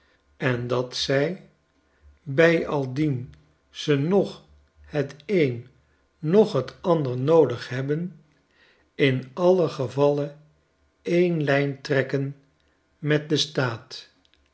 en dat zij bijaldien ze noch het een noch het ander noodig hebben in alien gevalle een lijn trekken met den staat